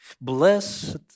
blessed